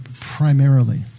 primarily